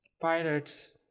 Pirates